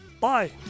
Bye